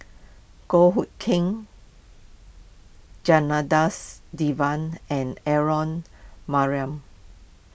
Goh Hood Keng Janadas Devan and Aaron marram